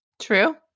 True